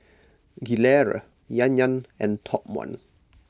Gilera Yan Yan and Top one